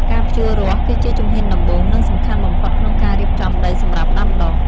ការភ្ជួររាស់គឺជាជំហានដំបូង និងសំខាន់បំផុតក្នុងការរៀបចំដីសម្រាប់ដាំដុះ។